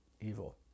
evil